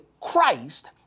christ